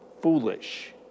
foolish